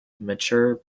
mature